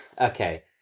Okay